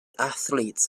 athletes